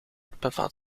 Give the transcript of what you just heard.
bevat